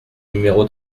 numéro